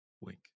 Wink